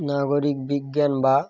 নাগরিক বিজ্ঞান বা